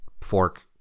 fork